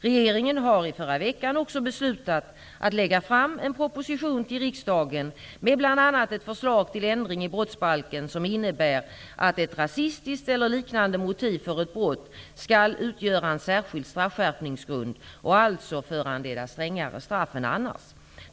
Regeringen har i förra veckan också beslutat att lägga fram en proposition till riksdagen med bl.a. ett förslag till ändring i brottsbalken, som innebär att ett rasistiskt eller liknande motiv för ett brott skall utgöra en särskild straffskärpningsgrund och alltså föranleda strängare straff än annars.